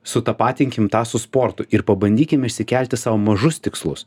sutapatinkim tą su sportu ir pabandykim išsikelti sau mažus tikslus